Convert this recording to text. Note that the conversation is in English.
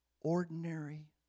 ordinary